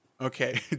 okay